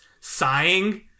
sighing